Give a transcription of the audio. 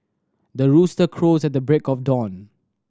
the rooster crows at the break of dawn